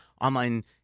online